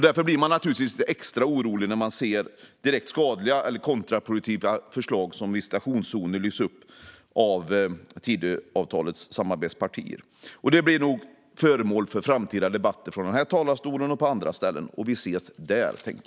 Därför blir man naturligtvis lite extra orolig när direkt skadliga eller kontraproduktiva förslag som visitationszoner lyfts fram av Tidöavtalets samarbetspartier. Detta blir nog föremål för framtida debatter från den här talarstolen och på andra ställen. Vi ses där.